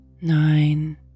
Nine